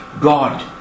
God